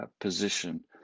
position